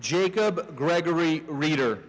jacob gregory reader